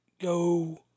go